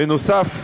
בנוסף,